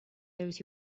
those